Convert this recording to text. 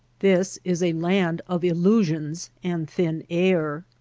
this is a land of illu sions and thin air.